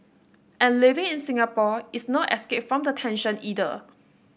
and living in Singapore is no escape from the tension either